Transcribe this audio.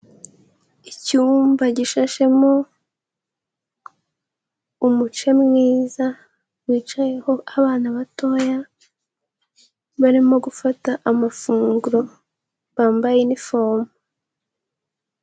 Icyumba gishashemo umuce mwiza, wicayeho abana batoya, barimo gufata amafunguro, bambaye inifomu.